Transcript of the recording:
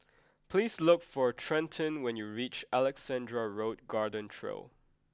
please look for Trenten when you reach Alexandra Road Garden Trail